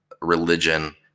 religion